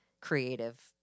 creative